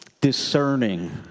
discerning